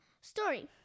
story